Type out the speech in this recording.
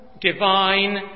divine